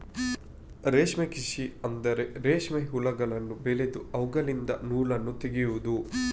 ರೇಷ್ಮೆ ಕೃಷಿ ಅಂದ್ರೆ ರೇಷ್ಮೆ ಹುಳಗಳನ್ನು ಬೆಳೆದು ಅವುಗಳಿಂದ ನೂಲನ್ನು ತೆಗೆಯುದು